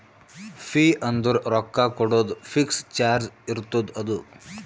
fee ಅಂದುರ್ ರೊಕ್ಕಾ ಕೊಡೋದು ಫಿಕ್ಸ್ ಚಾರ್ಜ್ ಇರ್ತುದ್ ಅದು